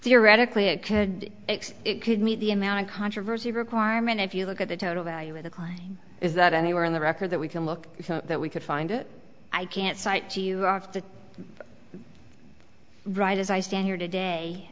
theoretically it could be could meet the amount of controversy requirement if you look at the total value of the crime is that anywhere in the record that we can look that we could find it i can't cite to you off the right as i stand here today